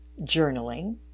journaling